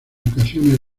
ocasiones